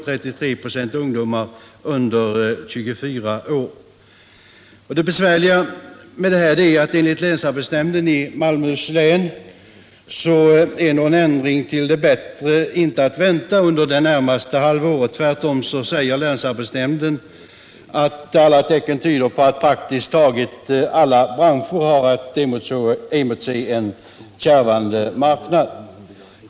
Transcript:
33 26 av samtliga var ungdomar under 24 år. Enligt länsarbetsnämnden i Malmöhus län är någon ändring till det bättre inte att vänta under det närmaste halvåret. Tvärtom säger länsarbetsnämnden att alla tecken tyder på att praktiskt taget alla branscher kan emotse en kärvande marknad.